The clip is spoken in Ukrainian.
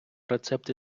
рецепти